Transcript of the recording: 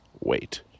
wait